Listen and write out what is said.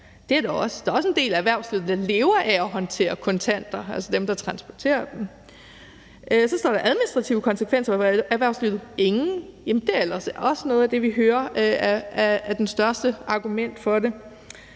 og at der også er en del af erhvervslivet, der lever af at håndtere kontanter, altså dem, der transporterer dem. Under »Administrative konsekvenser for erhvervslivet mv.« står der så også: »Ingen«. Men det er ellers også noget af det, vi hører er det største argument for det.